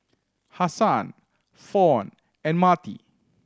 Hassan Fawn and Marty